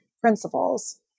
principles